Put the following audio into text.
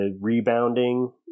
rebounding